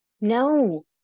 No